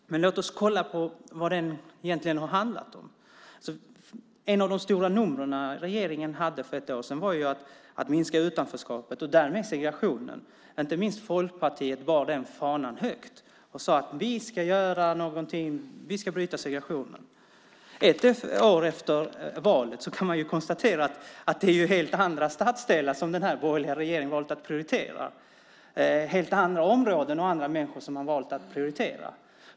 Låt oss undersöka vad det egentligen har handlat om. Ett av regeringens stora nummer för ett år sedan handlade om att minska utanförskapet och därmed segregationen. Inte minst bar Folkpartiet den fanan högt och sade: Vi ska göra någonting. Vi ska bryta segregationen. Ett år efter valet kan vi konstatera att det är helt andra stadsdelar som den borgerliga regeringen valt att prioritera. Man har valt att prioritera helt andra områden och helt andra människor.